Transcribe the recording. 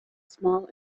small